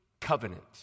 covenant